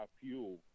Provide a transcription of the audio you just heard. fuel